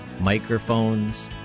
microphones